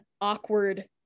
awkward